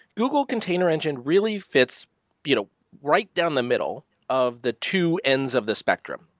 google container engine really fits you know right down the middle of the two ends of the spectrum.